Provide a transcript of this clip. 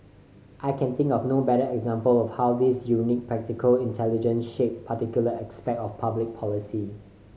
I can think of no better example of how his unique practical intelligence shaped particular aspect of public policy